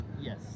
Yes